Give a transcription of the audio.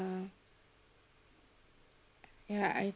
ya I